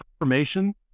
information